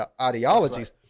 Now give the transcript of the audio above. ideologies